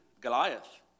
Goliath